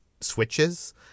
switches